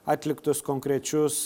atliktus konkrečius